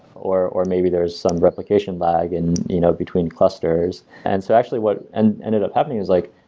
or or maybe there's some replication lag and you know, between clusters. and so actually, what and ended up happening is like,